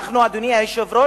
אנחנו, אדוני היושב-ראש,